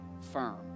firm